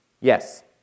Yes